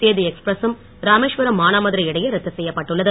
சேது எக்ஸ்பிரசும் ராமேஸ்வரம் மானாமதுரை இடையே ரத்து செய்யப்பட்டுள்ளது